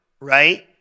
right